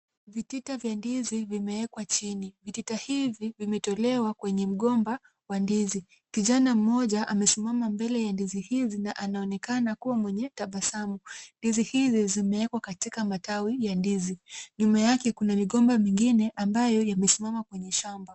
Vitita vya ndizi vimewekwa chini. Vitita hivi vimetolewa kwenye mgomba wa ndizi. Kijana mmoja amesimama mbele ya ndizi hizi na anaonekana kuwa mwenye tabasamu. Ndizi hizi zimewekwa katika matawi ya ndizi. Nyuma yake kuna migomba mingine ambayo yamesimama kwenye shamba.